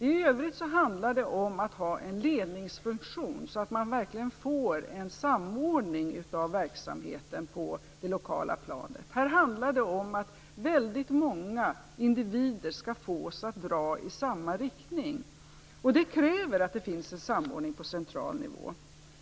I övrigt handlar det om att ha en ledningsfunktion, så att man verkligen får en samordning av verksamheten på det lokala planet. Här handlar det om att väldigt många individer skall fås att dra i samma riktning. Det kräver att det finns en samordning på central nivå.